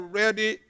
ready